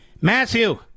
matthew